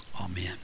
Amen